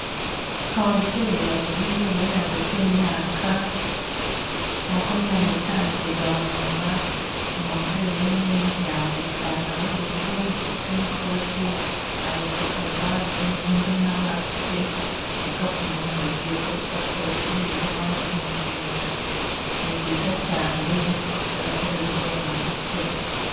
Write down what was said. Ababyeyi babiri bari hagati y'imyaka makumyabiri n'itanu kuzamura, umubyeyi umwe yambaye ipantaro y'ubururu ndetse n'ikoti, ahetse akabage, undi na we afite agakapu mu ntoki, uko bisa kose barimo batembera, ni byiza cyane kuberako biruhura mu mutwe.